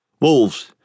Wolves